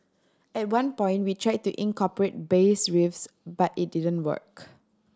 at one point we tried to incorporate bass riffs but it didn't work